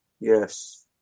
Yes